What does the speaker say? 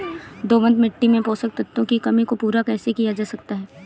दोमट मिट्टी में पोषक तत्वों की कमी को पूरा कैसे किया जा सकता है?